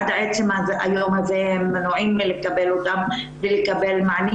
עד עצם היום הזה הם מנועים מלקבל אותם ולקבל מענים